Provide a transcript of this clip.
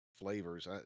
flavors